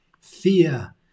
Fear